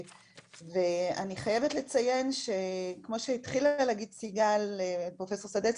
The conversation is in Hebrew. ואני חייבת לציין שכמו שהתחילה להגיד פרופסור סדצקי,